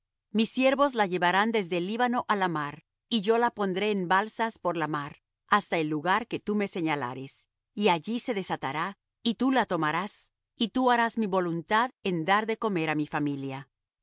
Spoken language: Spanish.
mis siervos la llevarán desde el líbano á la mar y yo la pondré en balsas por la mar hasta el lugar que tú me señalares y allí se desatará y tú la tomarás y tú harás mi voluntad en dar de comer á mi familia